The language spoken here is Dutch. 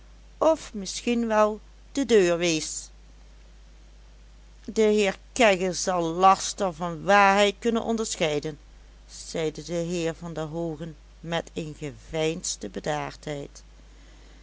of misschien wel de deur wees de heer kegge zal laster van waarheid kunnen onderscheiden zeide de heer van der hoogen met een geveinsde